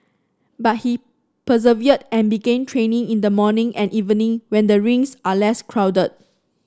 but he persevered and began training in the morning and evening when the rinks are less crowded